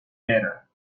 better